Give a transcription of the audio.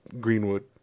greenwood